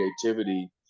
creativity